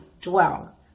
dwell